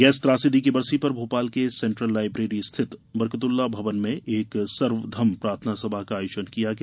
gas त्रासदी की बरसी पर भोपाल के सेंट्रल लायब्रेरी स्थित बरकतउल्ला भवन में एक सर्वधर्म प्रार्थना सभा का आयोजन किया गया